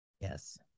Yes